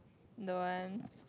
don't want